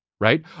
right